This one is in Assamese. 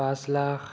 পাঁচ লাখ